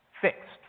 fixed